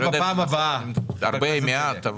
מעט,